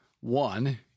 one